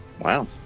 Wow